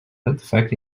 дефект